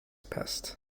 pest